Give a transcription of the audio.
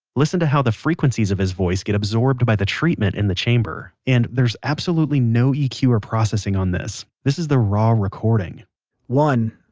listen to how the frequencies of his voice get absorbed by the treatment in the chamber. and there is absolutely no eq or processing on this. this is the raw recording one,